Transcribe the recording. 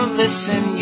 listen